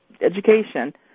education